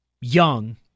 young